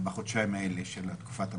בחודשיים האלה של תקופת המחקר?